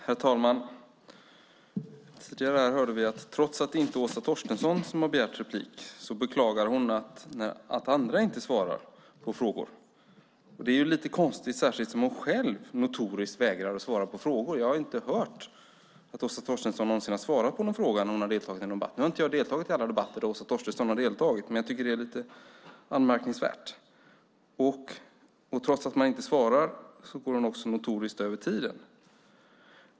Herr talman! Trots att det inte är Åsa Torstensson som har begärt replik beklagar hon att andra inte svarar på frågor. Det är lite konstigt särskilt som hon själv notoriskt vägrar att svara på frågor. Jag har inte hört att Åsa Torstensson någonsin har svarat på någon fråga när hon har deltagit i någon debatt. Jag har inte deltagit i alla debatter som Åsa Torstensson har deltagit i, men jag tycker att detta är lite anmärkningsvärt. Trots att hon inte svarar överskrider hon notoriskt talartiden.